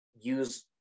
Use